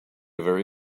very